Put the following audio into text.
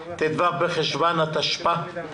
ט"ו בחשוון התשפ"א.